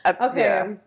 Okay